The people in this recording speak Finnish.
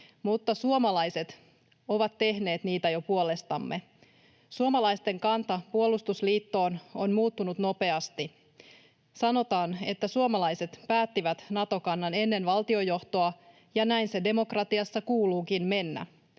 Mutta suomalaiset ovat tehneet niitä jo puolestamme. Suomalaisten kanta puolustusliittoon on muuttunut nopeasti. Sanotaan, että suomalaiset päättivät Nato-kannan ennen valtiojohtoa, ja näin sen demokratiassa kuuluukin mennä.